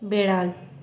বেড়াল